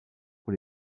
pour